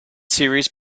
series